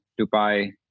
Dubai